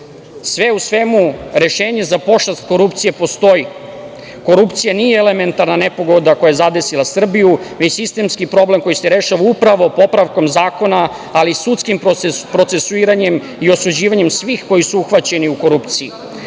u svemu, rešenje za pošast korupcije postoji. Korupcija nije elementarna nepogoda koja je zadesila Srbiju, već sistemski problem koji se rešava upravo popravkom zakona, ali i sudskim procesuiranjem i osuđivanjem svih koji su uhvaćeni u korupciji. Nacionalnu